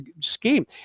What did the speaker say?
scheme